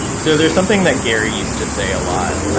so there's something that gary used to say a lot,